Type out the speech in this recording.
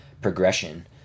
progression